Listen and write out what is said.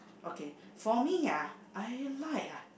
okay for me ah I like ah